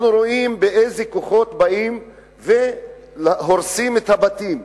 אנחנו רואים באיזה כוחות באים והורסים את הבתים.